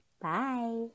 Bye